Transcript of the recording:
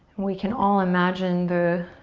we can all imagine the